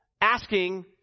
asking